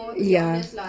ya